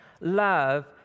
Love